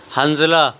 Hanzala